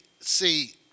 see